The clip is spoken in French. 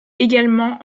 également